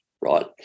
right